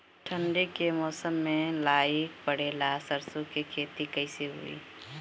ठंडी के मौसम में लाई पड़े ला सरसो के खेती कइसे होई?